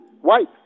White